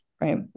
right